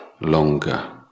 longer